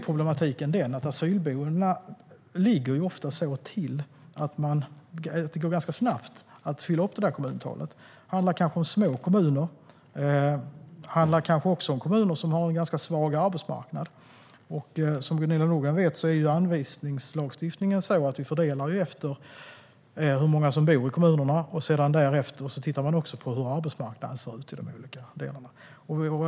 Problemet är att asylboendena ofta ligger till på ett sådant sätt att det går ganska snabbt att fylla kommuntalet. Det handlar kanske om små kommuner och kommuner som har en ganska svag arbetsmarknad. Som Gunilla Nordgren vet är anvisningslagstiftningen sådan att man fördelar efter hur många som bor i kommunerna. Därefter tittar man också på hur arbetsmarknaden ser ut i de olika delarna.